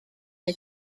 neu